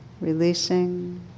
releasing